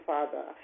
Father